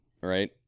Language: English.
Right